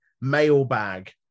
mailbag